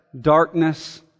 darkness